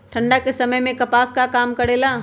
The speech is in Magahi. ठंडा के समय मे कपास का काम करेला?